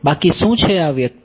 બાકી શું છે આ વ્યક્તિ